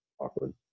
awkward